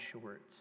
short